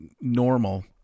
normal